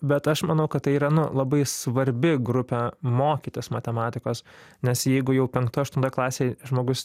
bet aš manau kad tai yra nu labai svarbi grupė mokytis matematikos nes jeigu jau penktoj aštuntoj klasėj žmogus